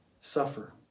suffer